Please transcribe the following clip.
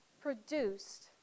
produced